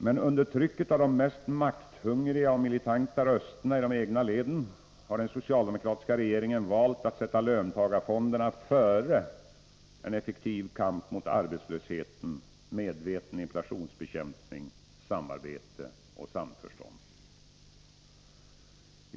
Men under trycket av de mest makthungriga och militanta rösterna i de egna leden har den socialdemokratiska regeringen valt att sätta löntagarfonderna före en effektiv kamp mot arbetslösheten, medveten inflationsbekämpning, samarbete och samförstånd.